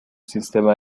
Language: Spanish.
sistema